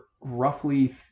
roughly